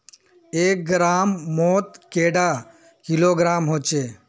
एक ग्राम मौत कैडा किलोग्राम होचे?